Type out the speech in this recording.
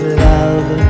love